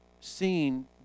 seen